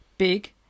Big